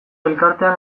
elkartean